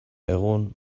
egun